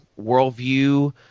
worldview